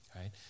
right